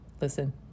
Listen